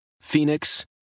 Phoenix